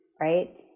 right